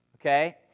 Okay